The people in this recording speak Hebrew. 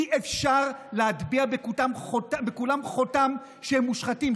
אי-אפשר להטביע בכולם חותם שהם מושחתים.